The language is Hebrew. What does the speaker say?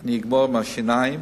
שאני אגמור עם עניין השיניים,